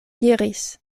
diris